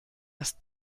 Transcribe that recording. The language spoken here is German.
dass